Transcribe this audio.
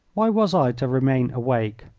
why was i to remain awake?